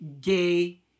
gay